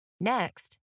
Next